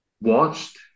watched